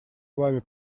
вами